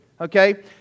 Okay